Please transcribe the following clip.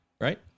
Right